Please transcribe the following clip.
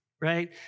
right